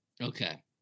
okay